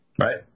Right